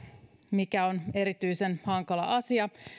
mikä on erityisen hankala asia